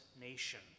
nation